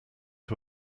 who